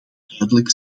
duidelijk